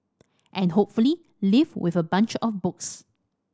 and hopefully leave with a bunch of books